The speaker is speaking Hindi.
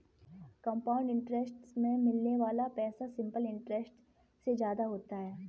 कंपाउंड इंटरेस्ट में मिलने वाला पैसा सिंपल इंटरेस्ट से ज्यादा होता है